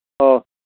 ꯑꯣ